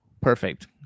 Perfect